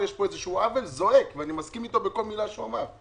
יש כאן איזשהו עוול זועק ואני מסכים עם כל מילה שאלכס אמר.